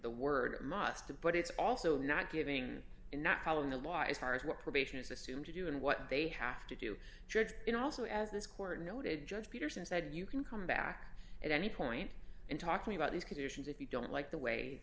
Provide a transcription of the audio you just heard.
the word must but it's also not giving in not following the law as far as what probation is assumed to do and what they have to do drugs and also as this court noted judge peterson said you can come back at any point in talking about these conditions if you don't like the way